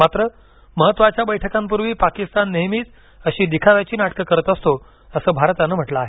मात्र महत्वाच्या बैठकांपूर्वी पाकिस्तान नेहमीच अशी दिखाव्याची नाटकं करत असतो असं भारतानं म्हटलं आहे